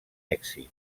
èxit